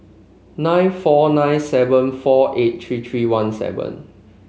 nine four nine seven four eight three three one seven